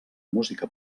música